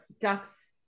Ducks